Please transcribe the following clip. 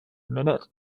minute